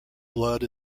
blood